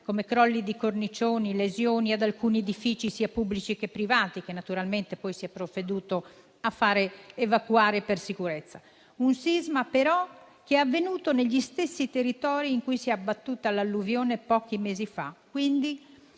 come crolli di cornicioni, lesioni ad alcuni edifici, sia pubblici che privati, che naturalmente poi si è provveduto a fare evacuare per sicurezza; un sisma, però, che è avvenuto negli stessi territori in cui si è abbattuta l'alluvione pochi mesi fa,